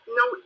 no